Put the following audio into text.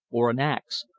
or an ax,